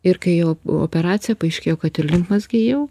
ir kai jau operacija paaiškėjo kad ir limfmazgiai jau